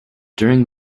during